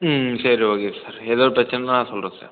ம் சரி okay sir எதாவது பிரச்சனைன்னா சொல்கிறேன் சார்